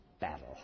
battle